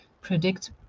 predict